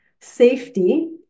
safety